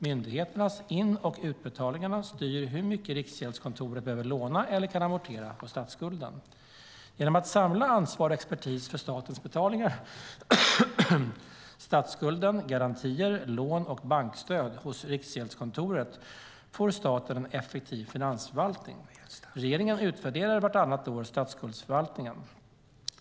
Myndigheternas in och utbetalningar styr hur mycket Riksgäldskontoret behöver låna eller kan amortera på statsskulden. Genom att samla ansvar och expertis för statens betalningar, statsskuld, garantier, lån och bankstöd hos Riksgäldskontoret får staten en effektiv finansförvaltning. Regeringen utvärderar vartannat år statsskuldförvaltningen.